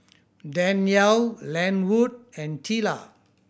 Danyel Lenwood and Teela